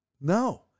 No